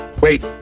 Wait